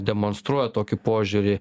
demonstruoja tokį požiūrį